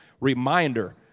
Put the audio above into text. reminder